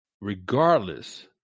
Regardless